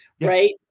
right